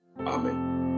Amen